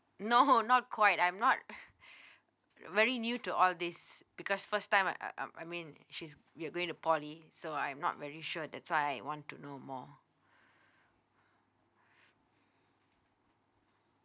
no not quite I'm not very new to all these because first time uh uh I mean she's we're going to poly so I'm not very sure that's why I want to know more